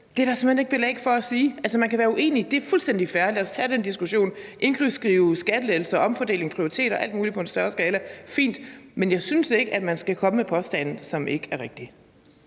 Det er der simpelt hen ikke belæg for at sige. Man kan være uenig, og det er fuldstændig fair. Lad os tage den diskussion, inklusive skattelettelser, omfordeling, prioriteter og alt muligt på en større skala – helt fint. Men jeg synes ikke, at man skal komme med påstande, som ikke er rigtige.